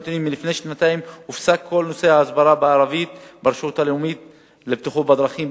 לפני שנתיים הופסק כל נושא ההסברה בערבית ברשות הלאומית לבטיחות בדרכים,